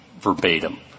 verbatim